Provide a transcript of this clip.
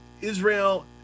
Israel